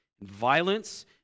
violence